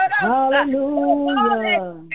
Hallelujah